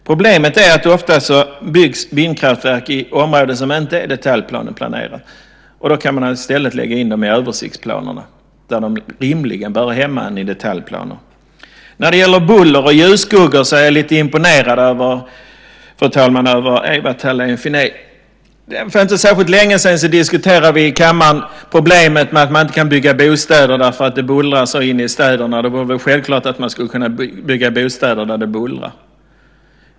Problemet är att vindkraftverk ofta byggs i områden som inte är detaljplanerade. Då kan man i stället lägga in dem i översiktsplanerna, där de rimligen bör höra hemma snarare än i detaljplaner. Fru talman! När det gäller buller och ljusskuggor är jag lite imponerad av Ewa Thalén Finné. För inte särskilt länge sedan diskuterade vi i kammaren problemet med att man inte kan bygga bostäder därför att det bullrar så inne i städerna. Då var det självklart att man skulle kunna bygga bostäder där det bullrar.